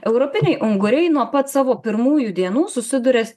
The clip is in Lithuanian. europiniai unguriai nuo pat savo pirmųjų dienų susiduria